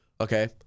Okay